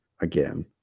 again